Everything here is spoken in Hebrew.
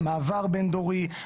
מעבר בין דורי,